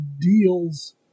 deals